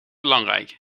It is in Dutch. belangrijk